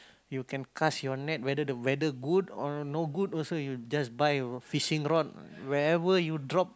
you can cast your net whether the weather good or no good also you just buy a fishing rod wherever you drop